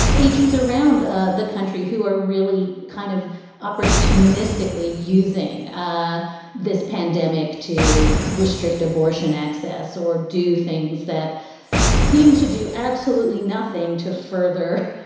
agee's around ah the country who are really kind of opportunistically using ah this pandemic to restrict abortion access or do things that seem to do absolutely nothing to further,